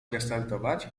restartować